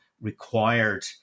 required